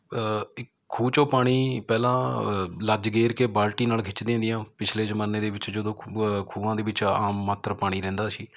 ਇੱਕ ਖੂਹ 'ਚੋਂ ਪਾਣੀ ਪਹਿਲਾਂ ਲੱਜ ਗੇਰ ਕੇ ਬਾਲਟੀ ਨਾਲ਼ ਖਿੱਚਦੀਆਂ ਤੀਆਂ ਪਿਛਲੇ ਜ਼ਮਾਨੇ ਦੇ ਵਿੱਚ ਜਦੋਂ ਖੂਹ ਖੂਹਾਂ ਦੇ ਵਿੱਚ ਆਮ ਮਾਤਰ ਪਾਣੀ ਰਹਿੰਦਾ ਸੀ